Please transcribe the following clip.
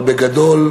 אבל בגדול,